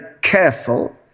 careful